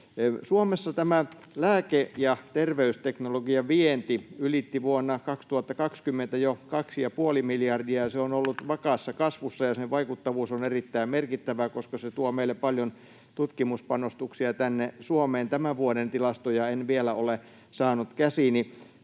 Suomessa tämä lääke- ja terveysteknologian vienti ylitti vuonna 2020 jo 2,5 miljardia. Se on ollut vakaassa kasvussa, ja sen vaikuttavuus on erittäin merkittävää, koska se tuo meille paljon tutkimuspanostuksia tänne Suomeen. Tämän vuoden tilastoja en vielä ole saanut käsiini.